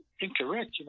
incorrect